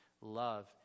Love